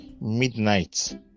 Midnight